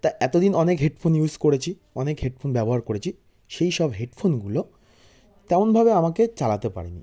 তা এতদিন অনেক হেডফোন ইউজ করেছি অনেক হেডফোন ব্যবহার করেছি সেই সব হেডফোনগুলো তেমনভাবে আমাকে চালাতে পারেনি